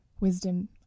wisdom